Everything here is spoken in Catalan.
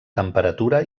temperatura